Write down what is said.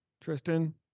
Tristan